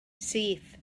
syth